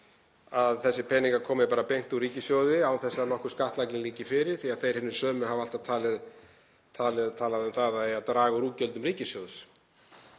að þessir peningar komi bara beint úr ríkissjóði án þess að nokkur skattlagning liggi fyrir því að þeir hinir sömu hafa alltaf talað um að það eigi að draga úr útgjöldum ríkissjóðs.